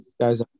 guys